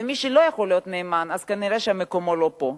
מי שלא יכול להיות נאמן, אז כנראה מקומו לא פה.